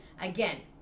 Again